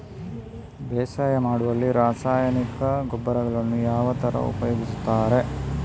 ಬೇಸಾಯ ಮಾಡುವಲ್ಲಿ ರಾಸಾಯನಿಕ ಗೊಬ್ಬರಗಳನ್ನು ಯಾವ ತರ ಉಪಯೋಗಿಸುತ್ತಾರೆ?